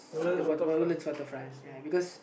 the Woodlands-Waterfront because